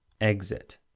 Exit